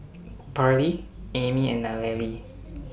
Parley Aimee and Nallely